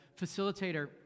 facilitator